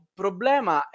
problema